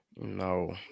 No